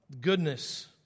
goodness